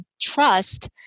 trust